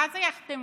מה זה יחתמו?